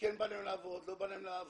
כן בא להם לעבוד, לא בא להם לעבוד,